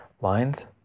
Lines